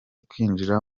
kwinjira